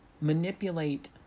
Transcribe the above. manipulate